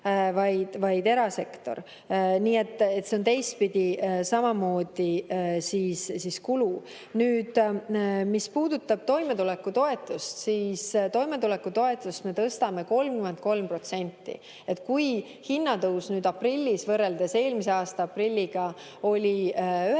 vaid erasektor. Nii et see on teistpidi samamoodi kulu. Nüüd, mis puudutab toimetulekutoetust, siis toimetulekutoetust me tõstame 33%. Kui hinnatõus aprillis võrreldes eelmise aasta aprilliga oli 19%,